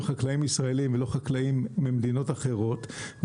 חקלאים ישראלים ולא חקלאים ממדינות אחרות,